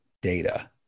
data